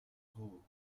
hole